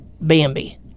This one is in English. bambi